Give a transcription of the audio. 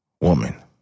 woman